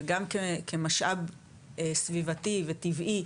וגם כמשאב סביבתי וטבעי,